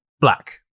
black